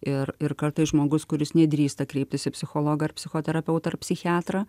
ir ir kartais žmogus kuris nedrįsta kreiptis į psichologą ar psichoterapeutą ar psichiatrą